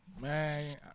Man